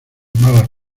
malas